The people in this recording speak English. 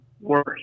worse